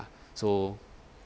so